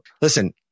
Listen